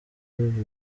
buri